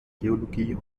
geologie